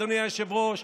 אדוני היושב-ראש,